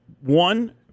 one